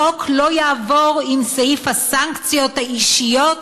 החוק לא יעבור אם סעיף הסנקציות האישיות